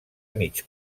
mig